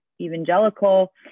evangelical